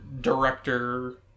director